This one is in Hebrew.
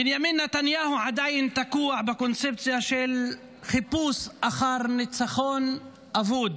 בנימין נתניהו עדיין תקוע בקונספציה של חיפוש אחר ניצחון אבוד,